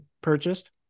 purchased